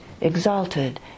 exalted